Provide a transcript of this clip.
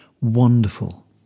wonderful